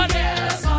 yes